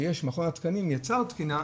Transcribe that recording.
שמכון התקנים יצר תקינה,